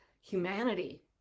humanity